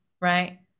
right